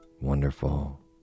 wonderful